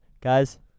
Guys